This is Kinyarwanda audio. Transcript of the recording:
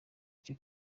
cye